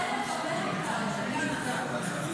זו דרך הארץ שלכם?